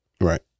Right